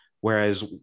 Whereas